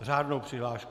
Řádnou přihlášku.